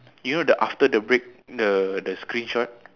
you know the after the break the the screenshot